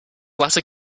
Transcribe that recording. latter